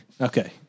Okay